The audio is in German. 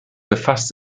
befasst